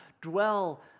Dwell